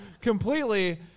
completely